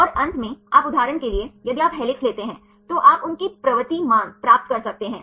और अंत में आप उदाहरण के लिए यदि आप हेलिक्स लेते हैं तो आप उनकी प्रवृत्ति मान प्राप्त कर सकते हैं